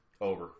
Over